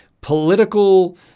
political